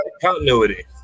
continuity